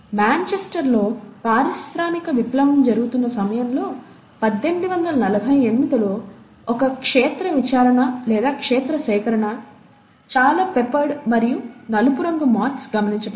మాంచెస్టర్లో పారిశ్రామిక విప్లవం జరుగుతున్న సమయంలో 1848 లో ఒక క్షేత్ర విచారణ లేదా క్షేత్ర సేకరణ చాలా పెప్పెర్డ్ మరియు నలుపు రంగు మాత్స్ గమనించబడ్డాయి